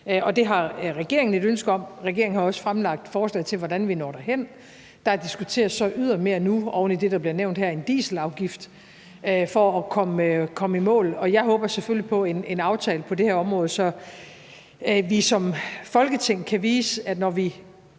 det har regeringen et ønske om. Regeringen har også fremlagt forslag til, hvordan vi når derhen. Der diskuteres så ydermere nu – oven i det, der bliver nævnt her – en dieselafgift for at komme i mål. Jeg håber selvfølgelig på en aftale på det her område, så vi som Folketing kan vise, at når vi